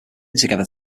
together